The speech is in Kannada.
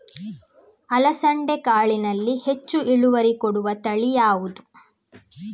ಅಲಸಂದೆ ಕಾಳಿನಲ್ಲಿ ಹೆಚ್ಚು ಇಳುವರಿ ಕೊಡುವ ತಳಿ ಯಾವುದು?